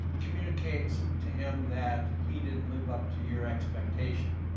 communicates to him that he didn't live up to your expectation.